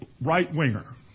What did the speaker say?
right-winger